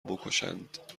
بکشند